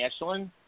Ashlyn